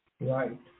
right